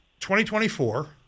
2024